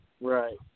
right